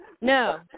No